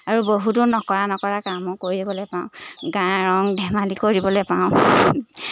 আৰু বহুতো নকৰা নকৰা কামো কৰিবলৈ পাওঁ গাওঁ ৰং ধেমালি কৰিবলৈ পাওঁ